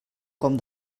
com